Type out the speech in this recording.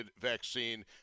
vaccine